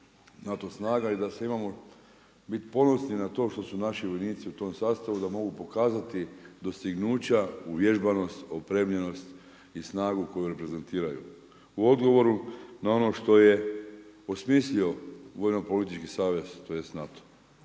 NATO snaga i da se imamo bit ponosni na to što su naši vojnici u tom sastavu da mogu pokazati dostignuća uvježbanost, opremljenost i snagu koju reprezentiraju u odgovoru na ono što je osmislio vojno-politički savez, tj. NATO